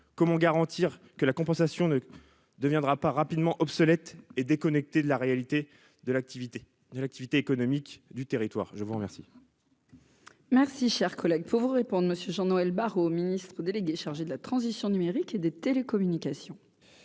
comment garantir que la compensation ne deviendra pas rapidement obsolète et déconnecté de la réalité de l'activité de l'activité économique du territoire, je vous remercie.